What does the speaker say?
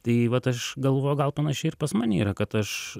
tai vat aš galvoju gal panašiai ir pas mane yra kad aš